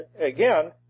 again